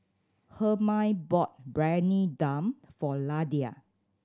Hermine bought Briyani Dum for